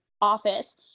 office